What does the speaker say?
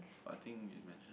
I think you mentioned